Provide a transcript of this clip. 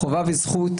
חובה וזכות,